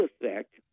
effect